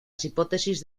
hipótesis